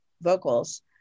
vocals